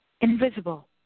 Invisible